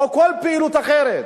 או כל פעילות אחרת,